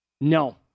No